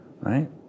right